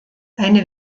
eine